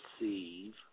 receive